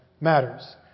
matters